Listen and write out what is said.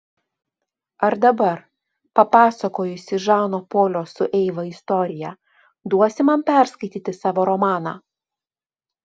ar dabar papasakojusi žano polio su eiva istoriją duosi man perskaityti savo romaną